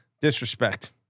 Disrespect